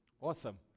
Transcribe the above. Awesome